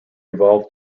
evolved